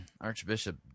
Archbishop